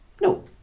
No